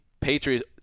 Patriots